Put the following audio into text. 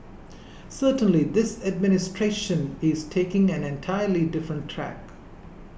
certainly this administration is taking an entirely different tack